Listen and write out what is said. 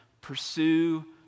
pursue